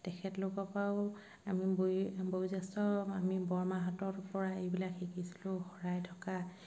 তেখেতলোকৰ পৰাও আমি বৈ বয়োজ্যেষ্ঠ আমি বৰমাহঁতৰ পৰা এইবিলাক শিকিছিলোঁ শৰাই ঢকা